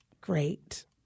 great